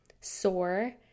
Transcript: sore